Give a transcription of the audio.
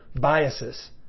biases